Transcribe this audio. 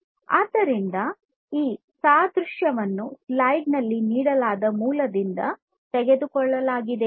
ಆದ್ದರಿಂದ ಈ ಸಾದೃಶ್ಯವನ್ನು ಸ್ಲೈಡ್ನಲ್ಲಿ ನೀಡಲಾದ ಮೂಲದಿಂದ ತೆಗೆದುಕೊಳ್ಳಲಾಗಿದೆ